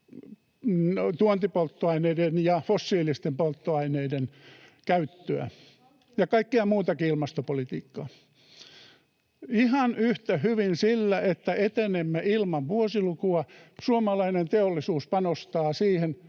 tuontipolttoaineiden ja fossiilisten polttoaineiden käyttöä, ja kaikki muukin ilmastopolitiikka. Ihan yhtä hyvin sillä, että etenemme ilman vuosilukua, suomalainen teollisuus panostaa siihen,